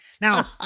Now